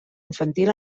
infantil